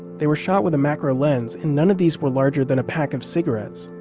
they were shot with a macro lens and none of these were larger than a pack of cigarettes